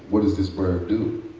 what does this bird do?